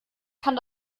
kann